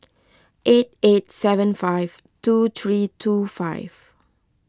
eight eight seven five two three two five